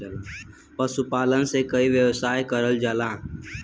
पशुपालन से कई व्यवसाय करल जाला